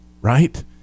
right